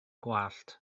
gwallt